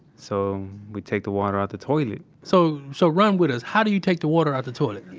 so we take the water out the toilet so so run with us. how do you take the water out the toilet?